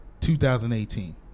2018